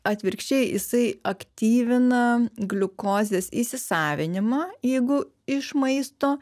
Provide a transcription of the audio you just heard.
atvirkščiai jisai aktyvina gliukozės įsisavinimą jeigu iš maisto